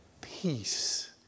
peace